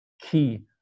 key